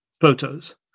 photos